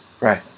Right